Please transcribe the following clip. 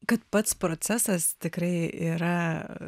kad pats procesas tikrai yra